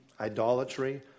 idolatry